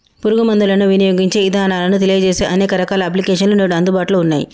పురుగు మందులను వినియోగించే ఇదానాలను తెలియజేసే అనేక రకాల అప్లికేషన్స్ నేడు అందుబాటులో ఉన్నయ్యి